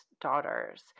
daughters